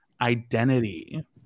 identity